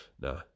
no